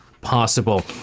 possible